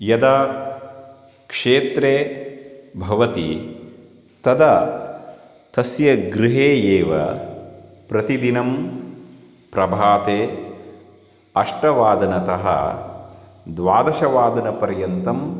यदा क्षेत्रे भवति तदा तस्य गृहे एव प्रतिदिनं प्रभाते अष्टवादनतः द्वादशवादनपर्यन्तं